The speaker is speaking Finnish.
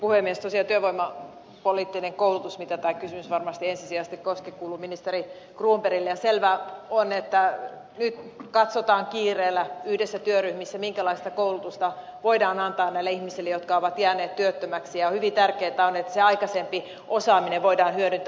tosiaan työvoimapoliittinen koulutus mitä tämä kysymys varmasti ensisijaisesti koski kuuluu ministeri cronbergille ja selvää on että nyt katsotaan kiireellä yhdessä työryhmissä minkälaista koulutusta voidaan antaa näille ihmisille jotka ovat jääneet työttömiksi ja hyvin tärkeätä on että se aikaisempi osaaminen voidaan hyödyntää